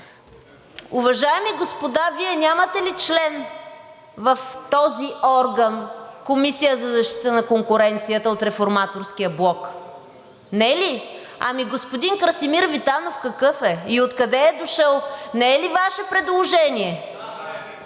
Уважаеми господа, Вие нямате ли член в този орган – Комисията за защита на конкуренцията, от Реформаторския блок? (Шум и реплики.) Не ли?! Ами господин Красимир Витанов какъв е и откъде е дошъл? Не е ли Ваше предложение?